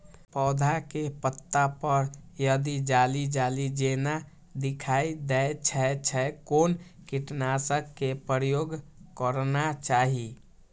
पोधा के पत्ता पर यदि जाली जाली जेना दिखाई दै छै छै कोन कीटनाशक के प्रयोग करना चाही?